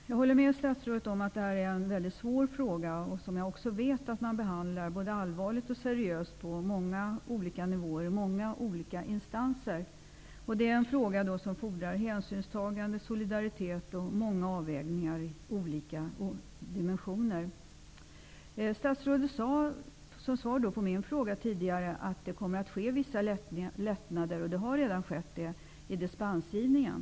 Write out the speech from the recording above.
Herr talman! Jag håller med statsrådet om att detta är en svår fråga, och jag vet att frågan behandlas seriöst på många olika nivåer och i många instanser. Det är en fråga som fordrar hänsynstagande, solidaritet och avvägningar i olika dimensioner. Statsrådet sade som svar på min tidigare fråga att det skall ske vissa lättnader. Det har redan skett lättnader i dispensgivningen.